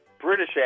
British